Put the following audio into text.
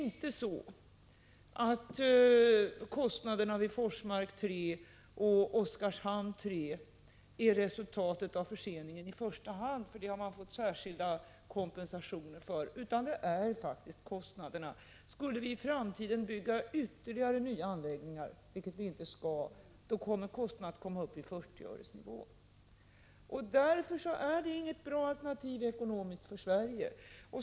Kostnadsökningarna vid Forsmark 3 och Oskarshamn 3 är inte i första hand ett resultat av förseningen — som man har fått särskild kompensation för — utan anläggning av kärnkraftverk har faktiskt blivit dyrare. Skulle vi i framtiden bygga ytterligare nya anläggningar —- vilket vi inte skall — kommer kostnaden för el att komma upp på 40-öresnivån. Därför är det inget bra alternativ, ekonomiskt sett, för Sverige.